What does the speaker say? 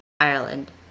ireland